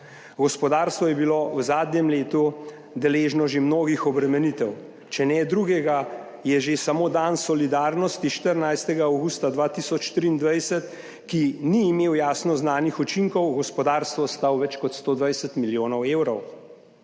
Gospodarstvo je bilo v zadnjem letu deležno že mnogih obremenitev, če ne drugega, je že samo dan solidarnosti 14. avgusta 2023, ki ni imel jasno znanih učinkov, gospodarstvo stal več kot 120 milijonov evrov.